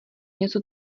něco